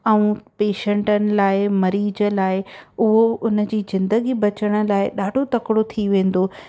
ऐं पेशंटनि लाइ मरीज़ लाइ उहो उन जी जिंदगी बचण लाइ ॾाढो तकिड़ो थी वेंदो